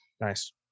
nice